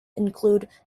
include